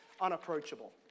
unapproachable